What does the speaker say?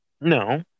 No